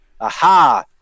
aha